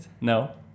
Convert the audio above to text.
No